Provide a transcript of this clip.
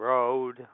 Road